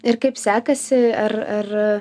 ir kaip sekasi ar ar